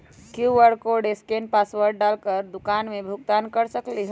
QR code scan password डाल कर दुकान में भुगतान कर सकलीहल?